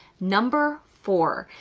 number four,